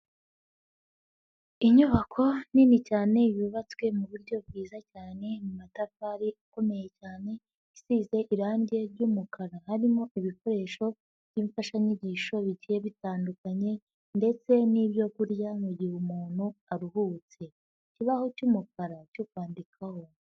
Inyubako nini cyane yubatswe mu buryo bwiza cyane mu matafari ikomeye cyane, isize irangi ry'umukara harimo ibikoresho by'imfashanyigisho bigiye bitandukanye ndetse n'ibyo kurya mu gihe umuntu aruhutse, ikibaho cy'umukara cyo kwandikaho.